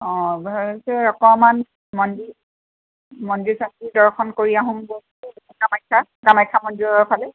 অঁ ভাবিছোঁ অকণমান মন্দিৰ মন্দিৰ চন্দিৰ দৰ্শন কৰি আহোঁগৈ কামাখ্যা কামাখ্যা মন্দিৰৰফালে